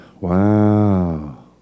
Wow